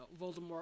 Voldemort